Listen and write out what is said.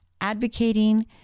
advocating